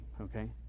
okay